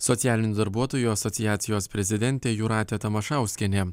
socialinių darbuotojų asociacijos prezidentė jūratė tamašauskienė